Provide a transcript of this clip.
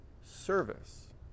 service